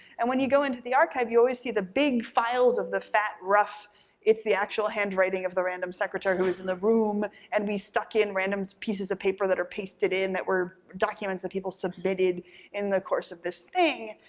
and when you go into the archive you always see the big files of the fat rough it's the actual handwriting of the random secretary who was in the room and we stuck in random pieces of paper that are pasted in that were documents that people submitted in the course of this thing,